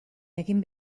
egin